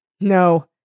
No